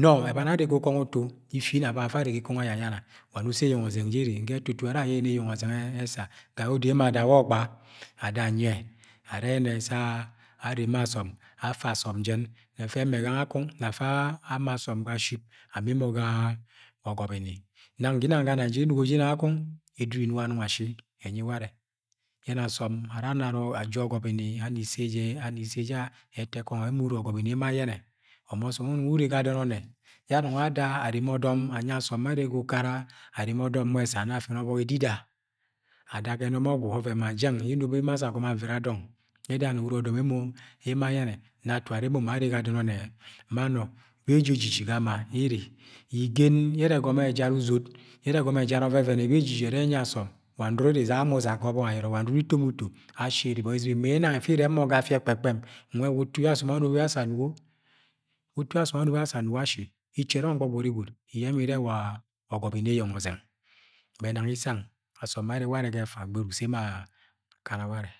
Nọ abani yẹ ere ga ikongọ utu, ifinang babọ afa arre ga ikọngọ ẹyayana wa nẹ uso eyeng ozẹng je ere. Ga ẹtutun arẹ ayẹne ni eyeng ọzẹng ẹsa ga yẹ odo emo ada we ọgba ada anyi ẹ arẹ sẹ arre ma asom afẹ asọm jẹn. Nọ afẹ amẹ gangẹ akọng afa amẹ asọm ga ship. Amẹ emo ga ọgọbini Nang ginana ga Nigeria Inugo ginanng akọng, ẹdudu inuk anong asi, enyi warẹ. Ayẹnẹ asọm ara anara, aji ogobini. Ana isejẹ, ana iseja, ẹtẹkọngọ emo uru ọgọbini emo ayẹnẹ. Ọmosọm unọng ure ga adọn ọnnẹ yẹ anong ada areme ọdọm anyi asom bẹ arre ga ukara, areme ọdọm anyi asom bẹ arre ga ukara, areme ọdọm nwẹ esa nọ afẹnẹ ọbọk idida Ada ga enọm ọgwu oven ma jẹn yẹ enobo yẹ emo asa agomo avra dọng yẹ ẹda na uru ọdọm emo ayẹnẹ. Nọ atun ara emo ma arre ga adon onnẹ ma nọ? Beji ejiji ga ama ere. Igen ye ere ẹgọmọ ejad uzot, yẹ ẹre ẹgomo ẹjad ọvẹvẹn ebeji ẹrẹ anyi asọm wa nọrọ iri izaga mọ uzag ga ọbọk ayọrọ. Wa nọkọ ito mo ufo ashi ibọni izɨm imẹ inang ibọni izɨm ifi irẹbẹ mọ ga afia ẹkpẹm-ẹkpẹm. Nwẹ wa utu yẹ asọm anobo yẹ asa anugo? Utu yẹ asọm asa anugo asi. Ichẹrẹ mọni gbọgbọri gwud mi iyẹnẹ mọ iri wa ọgọbini eyeng ọzẹng mẹ nang isana. Asọm bẹ arre warẹ ga ẹfa gberuk sẹ emo akana warẹ.